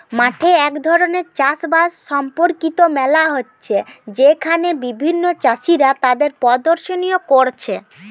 মাঠে এক ধরণের চাষ বাস সম্পর্কিত মেলা হচ্ছে যেখানে বিভিন্ন চাষীরা তাদের প্রদর্শনী কোরছে